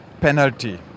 penalty